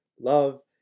Love